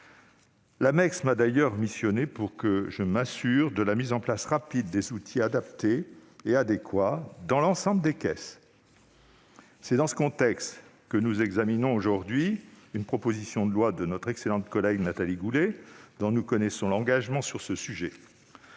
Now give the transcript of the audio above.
(Mecss) m'a d'ailleurs missionné pour que je m'assure de la mise en place rapide des outils adéquats dans l'ensemble des caisses. C'est dans ce contexte que nous examinons aujourd'hui une proposition de loi de notre collègue Nathalie Goulet, dont nous connaissons l'engagement sur ce sujet.